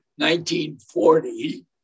1940